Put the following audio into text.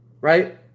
Right